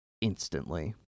instantly